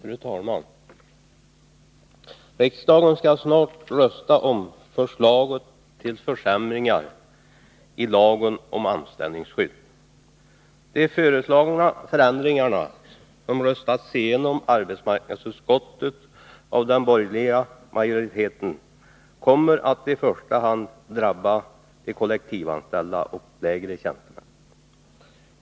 Fru talman! Riksdagen skall snart rösta om förslaget till försämringar i lagen om anställningsskydd. De föreslagna förändringarna, som röstats igenom i arbetsmarknadsutskottet av den borgerliga majoriteten, kommer att i första hand drabba de kollektivanställda och lägre tjänstemän.